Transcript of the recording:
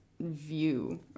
view